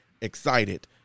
excited